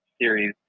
series